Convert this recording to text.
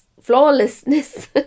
flawlessness